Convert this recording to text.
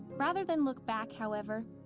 rather than look back, however,